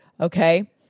okay